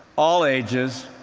all ages,